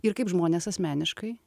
ir kaip žmonės asmeniškai